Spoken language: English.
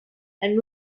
and